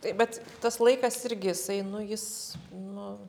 taip bet tas laikas irgi jisai nu jis nu